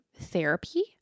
therapy